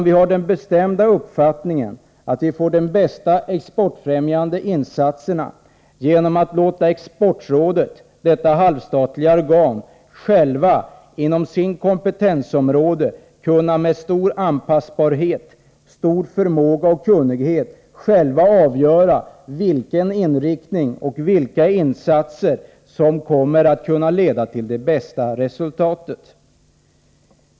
Vi har den bestämda uppfattningen att vi får de bästa exportfrämjande insatserna genom att låta Exportrådet, detta halvstatliga organ, med sin stora anpassbarhet, stora förmåga och stora kunnighet självt inom sitt kompetensområde avgöra vilken inriktning och vilka insatser som kommer att kunna leda till det bästa resultatet.